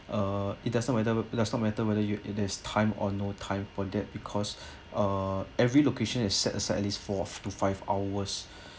uh it doesn't matter does not matter whether you it has time or no time for that because uh every location has set aside at least four to five hours